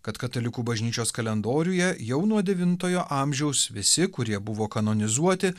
kad katalikų bažnyčios kalendoriuje jau nuo devintojo amžiaus visi kurie buvo kanonizuoti